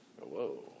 Whoa